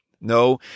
No